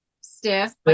stiff